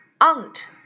aunt